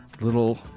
little